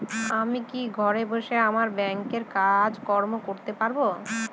আমি কি ঘরে বসে আমার ব্যাংকের কাজকর্ম করতে পারব?